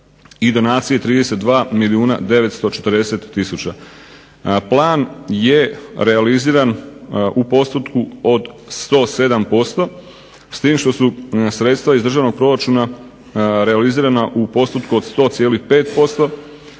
i donacije 32 milijuna 940 tisuća. Plan je realiziran u postotku od 107% s tim što su sredstva iz državnog proračuna realizirana u postotku od 100,5%,